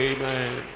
Amen